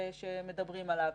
שמדברים עליו?